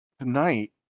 tonight